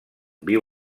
viu